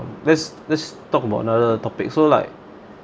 let's let's talk about another topic so like